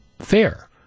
fair